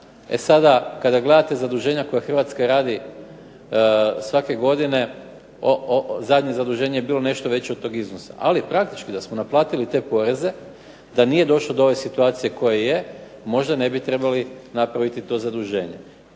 e sada kada gledate zaduženja koja Hrvatska radi svake godine, zadnje zaduženje je bilo nešto veće od tog iznosa. Ali praktički da smo naplatili te poreze, da nije došlo do ove situacije koje je možda ne bi trebali napraviti to zaduženje.